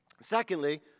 Secondly